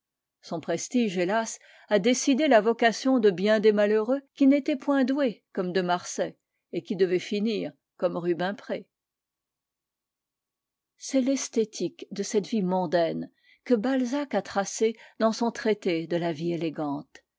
son prestige hélas a décidé la vocation de bien des malheureux qui n'étaient point doués comme de marsay et qui devaient finir comme rubempré c'est l'esthétique de cette vie mondaine que balzac a tracée dans son traité de la vie élégante